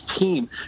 team